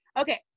okay